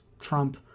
Trump